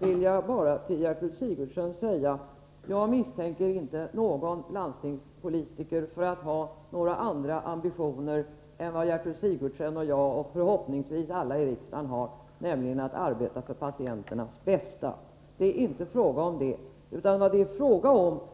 vill jag till Gertrud Sigurdsen säga att jag inte misstänker någon landstingspolitiker för att ha några andra ambitioner än vad Gertrud Sigurdsen och jag har, liksom förhoppningsvis alla i riksdagen, nämligen att sjukvården skall arbeta för patienternas bästa. Det är inte detta saken handlar om.